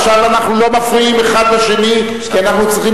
עכשיו אנחנו לא מפריעים האחד לשני כי אנחנו צריכים